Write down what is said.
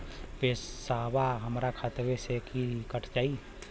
पेसावा हमरा खतवे से ही कट जाई?